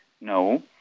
No